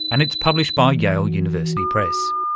and it's published by yale university press